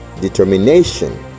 determination